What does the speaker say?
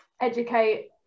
educate